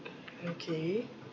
okay